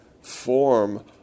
form